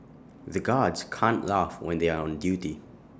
the guards can't laugh when they are on duty